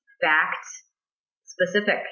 fact-specific